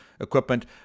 equipment